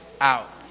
out